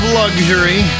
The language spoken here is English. luxury